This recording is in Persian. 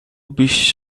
بیش